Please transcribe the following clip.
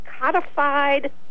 codified